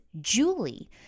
Julie